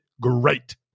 great